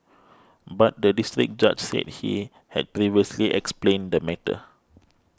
but the District Judge said he had previously explained the matter